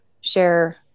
share